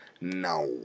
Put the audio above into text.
now